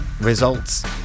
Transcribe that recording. results